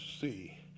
see